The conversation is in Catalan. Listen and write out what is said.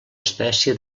espècie